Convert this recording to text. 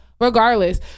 regardless